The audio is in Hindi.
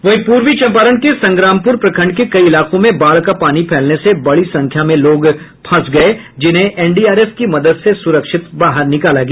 वहीं पूर्वी चंपारण के संग्रामपुर प्रखंड के कई इलाकों में बाढ़ का पानी फैलने से बड़ी संख्या में लोग फंस गये जिन्हें एनडीआरएफ की मदद से सुरक्षित निकाला गया